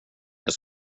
jag